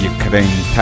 Ukraine